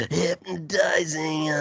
hypnotizing